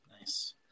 Nice